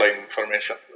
information